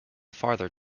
farther